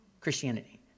Christianity